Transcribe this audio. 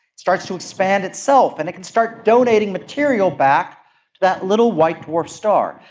starts to expand itself, and it can start donating material back to that little white dwarf star,